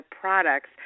products